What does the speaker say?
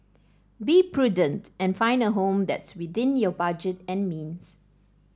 be prudent and find a home that's within your budget and means